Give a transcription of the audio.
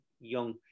young